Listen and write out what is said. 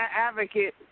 advocate